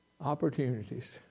opportunities